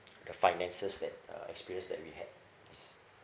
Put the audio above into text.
the finances that uh experience that we had is